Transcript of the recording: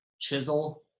chisel